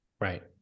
Right